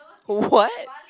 w~ what